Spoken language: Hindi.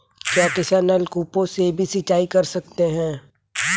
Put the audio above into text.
क्या किसान नल कूपों से भी सिंचाई कर सकते हैं?